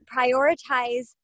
prioritize